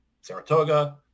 Saratoga